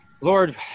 Lord